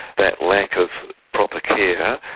that lack of proper care,